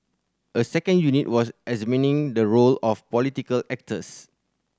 a second unit was examining the role of political actors